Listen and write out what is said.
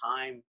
time